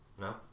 No